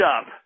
up